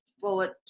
bullet